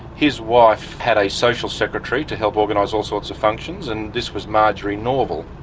his wife had a social secretary to help organise all sorts of functions, and this was marjorie norval,